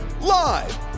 Live